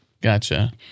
Gotcha